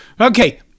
Okay